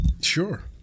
Sure